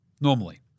normally